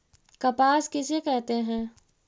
कपास किसे कहते हैं?